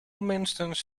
minstens